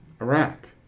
Iraq